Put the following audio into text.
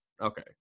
Okay